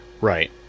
Right